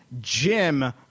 Jim